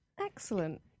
Excellent